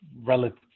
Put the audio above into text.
relative